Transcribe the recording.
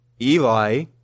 Eli